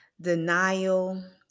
denial